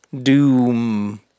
Doom